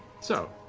so.